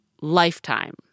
lifetime